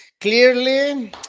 clearly